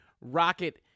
Rocket